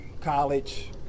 college